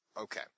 Okay